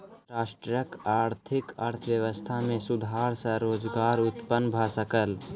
राष्ट्रक आर्थिक व्यवस्था में सुधार सॅ रोजगार उत्पन्न भ सकल